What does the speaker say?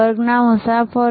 વર્ગના મુસાફરો